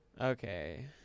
Okay